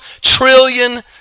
trillion